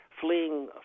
fleeing